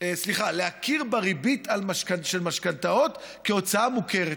להכיר בריבית על משכנתאות כהוצאה מוכרת.